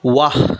ৱাহ